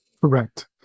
correct